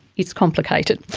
it's complicated.